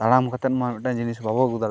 ᱛᱟᱲᱟᱢ ᱠᱟᱛᱮᱫ ᱢᱟ ᱢᱮᱫᱴᱮᱱ ᱡᱤᱱᱤᱥ ᱵᱟᱵᱚ ᱟᱹᱜᱩ ᱫᱟᱲᱮᱭᱟᱜᱼᱟ